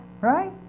right